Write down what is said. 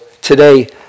today